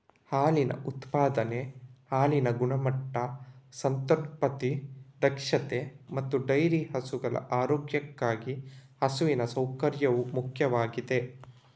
ಹಾಲಿನ ಉತ್ಪಾದನೆ, ಹಾಲಿನ ಗುಣಮಟ್ಟ, ಸಂತಾನೋತ್ಪತ್ತಿ ದಕ್ಷತೆ ಮತ್ತೆ ಡೈರಿ ಹಸುಗಳ ಆರೋಗ್ಯಕ್ಕೆ ಹಸುವಿನ ಸೌಕರ್ಯವು ಮುಖ್ಯವಾಗಿದೆ